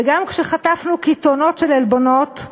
וגם כשחטפנו קיתונות של עלבונות,